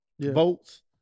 Votes